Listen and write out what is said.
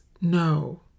no